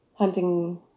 Hunting